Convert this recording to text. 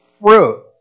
fruit